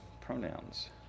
pronouns